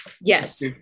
yes